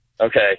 Okay